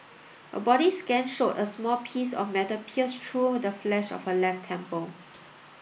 a body scan showed a small piece of metal pierced through the flesh of her left temple